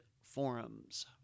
forums